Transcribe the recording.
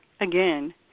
again